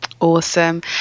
Awesome